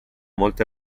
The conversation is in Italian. molte